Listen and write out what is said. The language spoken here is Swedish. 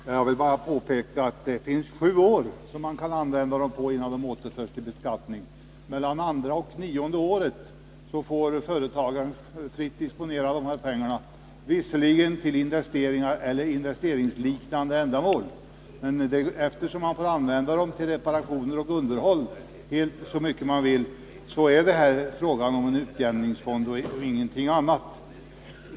Herr talman! Jag vill påpeka att man kan använda medlen i investeringsreserven under minst sju år innan de återförs till beskattning. Mellan det andra och det nionde året får företagaren fritt disponera dessa pengar — visserligen till investeringar eller investeringsliknande ändamål, men eftersom man får använda dem till reparationer och underhåll är det fråga om en utjämningsfond och ingenting annat.